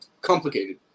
Complicated